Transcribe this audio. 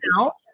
out